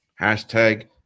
Hashtag